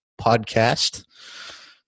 podcast